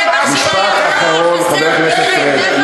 ועל הטבח, היום, משפט אחרון, חבר הכנסת פריג'.